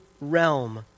realm